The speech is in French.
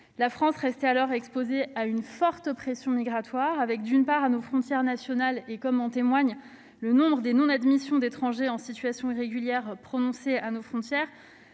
La France restait alors exposée à une forte pression migratoire à ses frontières nationales, comme en témoigne le nombre des non-admissions d'étrangers en situation irrégulière à nos frontières-